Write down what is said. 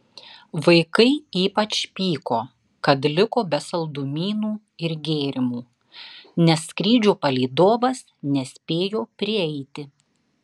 vaikai ypač pyko kad liko be saldumynų ir gėrimų nes skrydžio palydovas nespėjo prieiti